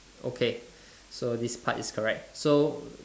okay so this part is correct so